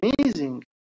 amazing